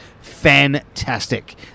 fantastic